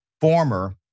former